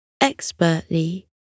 expertly